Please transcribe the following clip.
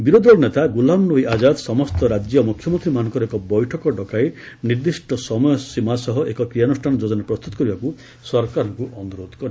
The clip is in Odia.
ବିରୋଧୀ ଦଳ ନେତା ଗ୍ରଲାମନବୀ ଆଜାତ ସମସ୍ତ ରାଜ୍ୟ ମୁଖ୍ୟମନ୍ତ୍ରୀମାନଙ୍କର ଏକ ବୈଠକ ଡକାଇ ନିର୍ଦ୍ଦିଷ୍ଟ ସମୟସୀମା ସହ ଏକ କ୍ରିୟାନୁଷ୍ଠାନ ଯୋଜନା ପ୍ରସ୍ତୁତ କରିବାକୁ ସରକାରଙ୍କୁ ଅନୁରୋଧ କରିଥିଲେ